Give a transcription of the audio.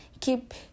Keep